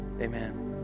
Amen